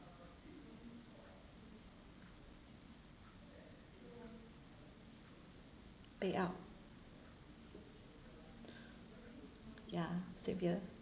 payout ya same here